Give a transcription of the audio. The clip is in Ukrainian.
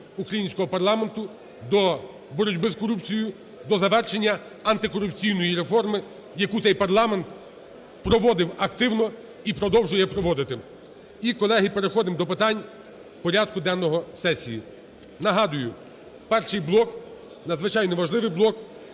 українського парламенту до боротьби з корупцією, до завершення антикорупційної реформи, яку цей парламент проводив активно і продовжує проводити. І, колеги, переходимо до питань порядку денного сесії. Нагадую, перший блок, надзвичайно важливий блок